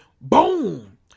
boom